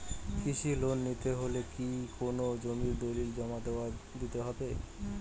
কৃষি লোন নিতে হলে কি কোনো জমির দলিল জমা দিতে হবে?